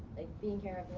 being here,